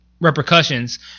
repercussions